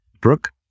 Brooke